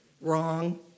Wrong